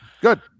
Good